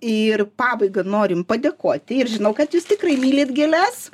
ir pabaigai norim padėkoti ir žinau kad jūs tikrai mylit gėles